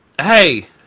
Hey